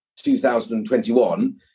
2021